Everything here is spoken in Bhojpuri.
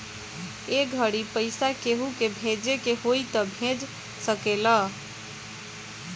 ए घड़ी पइसा केहु के भेजे के होई त भेज सकेल